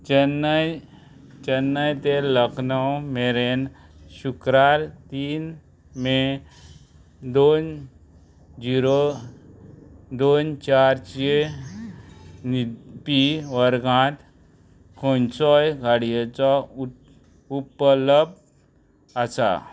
चेन्नय चेन्नय ते लखनव मेरेन शुक्रार तीन मे दोन झिरो दोन चारचे न्हिदपी वर्गांत खंयचोय गाडयेचो उपलब्ध आसा